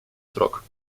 срок